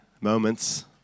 moments